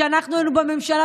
כשהיינו בממשלה,